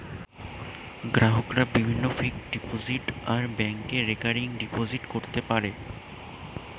গ্রাহকরা বিভিন্ন fixed deposit আর ব্যাংকে রেকারিং ডিপোজিট করতে পারে